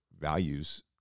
values